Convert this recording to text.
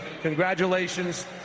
congratulations